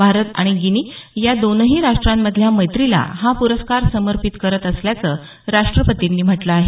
भारत आणि गिनी या दोन्ही राष्ट्रांमधल्या मैत्रीला हा पुरस्कार समर्पित करत असल्याचं राष्ट्रपतींनी म्हटलं आहे